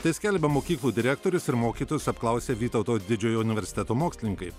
tai skelbia mokyklų direktorius ir mokytojus apklausę vytauto didžiojo universiteto mokslininkai